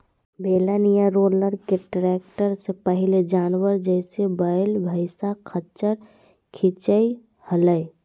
बेलन या रोलर के ट्रैक्टर से पहले जानवर, जैसे वैल, भैंसा, खच्चर खीचई हलई